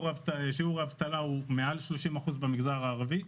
שיעור האבטלה הוא מעל 30% במגזר הערבי.